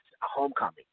homecoming